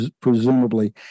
presumably